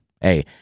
Hey